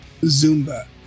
Zumba